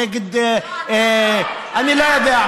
לא,